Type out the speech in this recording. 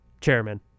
chairman